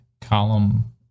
column